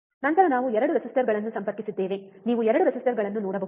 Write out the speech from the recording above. ನಂತರ ನಾವು 2 ರೆಸಿಸ್ಟರ್ಗಳನ್ನು ಸಂಪರ್ಕಿಸಿದ್ದೇವೆ ನೀವು 2 ರೆಸಿಸ್ಟರ್ಗಳನ್ನು ನೋಡಬಹುದೇ